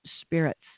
spirits